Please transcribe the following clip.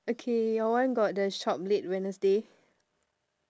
okay your one got the shop late wednesday